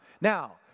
Now